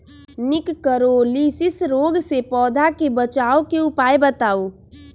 निककरोलीसिस रोग से पौधा के बचाव के उपाय बताऊ?